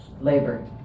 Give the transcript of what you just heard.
labor